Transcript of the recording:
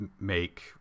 make